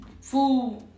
food